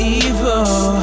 evil